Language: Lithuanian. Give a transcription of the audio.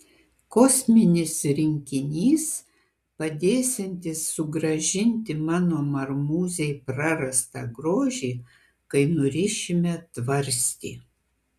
kosminis rinkinys padėsiantis sugrąžinti mano marmūzei prarastą grožį kai nurišime tvarstį